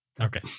Okay